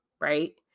Right